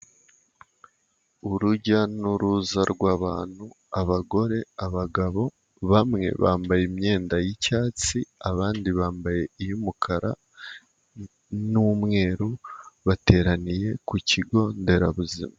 Urujya n'uruza rw'abantu abagore, abagabo bamwe bambaye imyenda y'icyatsi, abandi bambaye iy'umukara n'umweru bateraniye ku kigo nderabuzima.